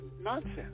nonsense